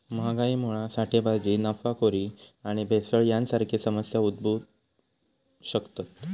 महागाईमुळा साठेबाजी, नफाखोरी आणि भेसळ यांसारखे समस्या उद्भवु शकतत